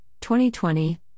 2020